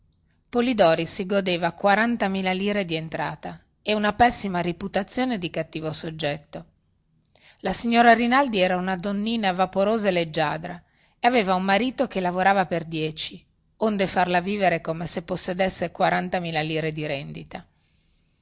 polidori si godeva quarantamila lire di entrata e una pessima riputazione di cattivo soggetto la signora rinaldi era una donnina vaporosa e leggiadra e aveva un marito che lavorava per dieci onde farla vivere come se possedesse quarantamila lire di rendita